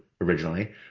originally